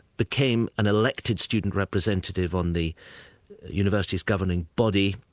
became an elected student representative on the university's governing body,